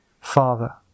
Father